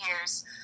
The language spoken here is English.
years